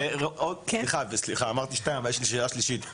שאלה שלישית: